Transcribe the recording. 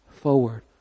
forward